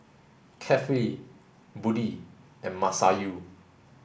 Kefli Budi and Masayu